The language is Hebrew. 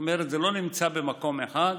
זאת אומרת, זה לא נמצא במקום אחד,